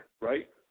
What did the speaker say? right